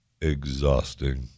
Exhausting